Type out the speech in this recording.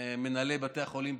מנהלי בתי החולים,